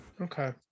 Okay